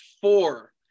four